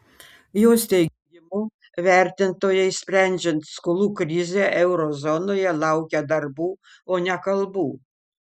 jos teigimu vertintojai sprendžiant skolų krizę euro zonoje laukia darbų o ne kalbų